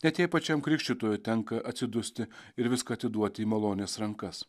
net jei pačiam krikštytojo tenka atsidusti ir viską atiduoti į malonės rankas